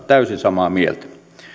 täysin samaa mieltä